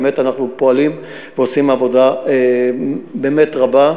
באמת אנחנו פועלים ועושים עבודה באמת רבה,